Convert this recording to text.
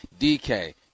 DK